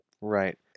Right